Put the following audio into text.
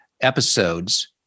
episodes